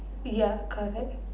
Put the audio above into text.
ya correct